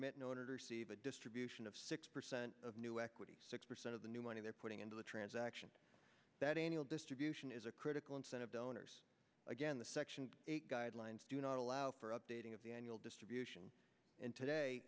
it in order to receive a distribution of six percent of new equity six percent of the new money they're putting into the transaction that annual distribution is a critical incentive donors again the section eight guidelines do not allow for updating of the annual distribution and today